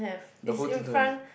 the whole thing don't have